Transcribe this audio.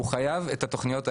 הוא חייב את התכניות האלה,